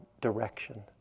direction